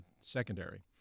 secondary